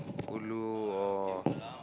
ulu or